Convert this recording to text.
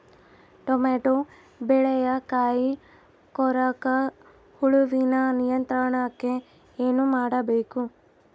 Tomato ಬೆಳೆಯ ಕಾಯಿ ಕೊರಕ ಹುಳುವಿನ ನಿಯಂತ್ರಣಕ್ಕೆ ಏನು ಮಾಡಬೇಕು?